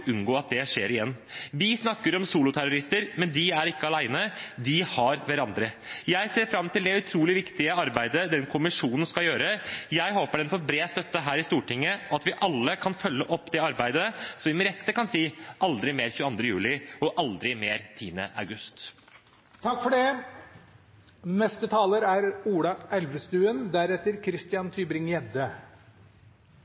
unngå at det skjer igjen? De snakker om soloterrorister, men de er ikke alene – de har hverandre. Jeg ser fram til det utrolig viktige arbeidet den kommisjonen skal gjøre. Jeg håper den får bred støtte her i Stortinget, og at vi alle kan følge opp det arbeidet, så vi med rette kan si: Aldri mer 22. juli, og aldri mer 10. august.